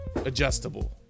adjustable